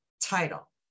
title